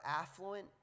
affluent